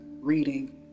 reading